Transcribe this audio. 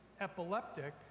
epileptic